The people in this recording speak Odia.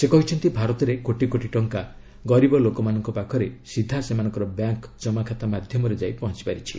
ସେ କହିଛନ୍ତି ଭାରତରେ କୋଟି କୋଟି ଟଙ୍କା ଗରିବ ଲୋକମାନଙ୍କ ପାଖରେ ସିଧା ସେମାନଙ୍କ ବ୍ୟାଙ୍କ ଜମାଖାତା ମାଧ୍ୟମରେ ପହଞ୍ଚପାରିଛି